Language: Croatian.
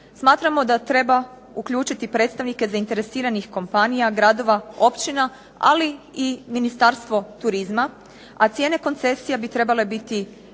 smatramo da treba uključiti predstavnike zainteresiranih kompanija, gradova, općina, ali i Ministarstvo turizma, a cijene koncesija bi trebale biti